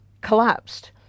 collapsed